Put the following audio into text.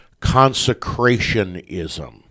consecrationism